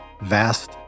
vast